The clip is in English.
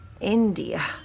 India